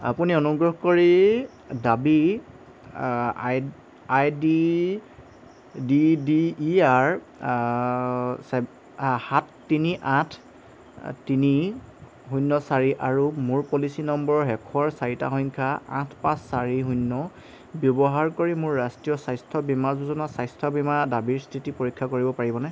আপুনি অনুগ্ৰহ কৰি দাবী I I D D D E R ছে সাত তিনি আঠ তিনি শূন্য চাৰি আৰু মোৰ পলিচি নম্বৰৰ শেষৰ চাৰিটা সংখ্যা আঠ পাঁচ চাৰি শূন্য ব্যৱহাৰ কৰি মোৰ ৰাষ্ট্ৰীয় স্বাস্থ্য বীমা যোজনা স্বাস্থ্য বীমা দাবীৰ স্থিতি পৰীক্ষা কৰিব পাৰিবনে